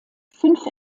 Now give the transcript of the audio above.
fünf